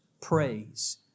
praise